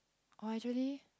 oh actually